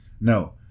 no